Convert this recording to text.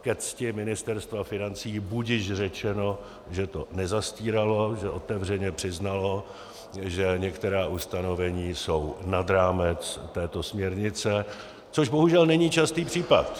Ke cti Ministerstva financí budiž řečeno, že to nezastíralo, že otevřeně přiznalo, že některá ustanovení jsou nad rámec této směrnice, což bohužel není častý případ.